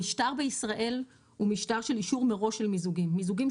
המשטר בישראל הוא משטר של אישור מראש של מיזוגים,